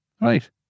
Right